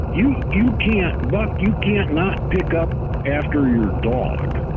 you you can't not you can't not pick up after your dog